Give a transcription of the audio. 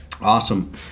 awesome